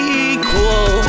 equal